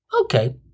Okay